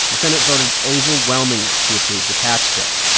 the senate voted overwhelmingly to approve the tax bill.